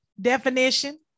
definition